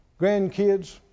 grandkids